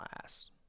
last